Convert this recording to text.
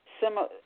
similar